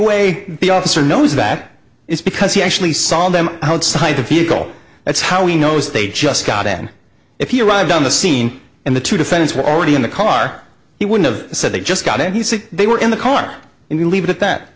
way the officer knows that is because he actually saw them outside the vehicle that's how he knows they just got in if he arrived on the scene and the two defendants were already in the car he would've said they just got it he said they were in the car and you leave it at that